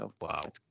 Wow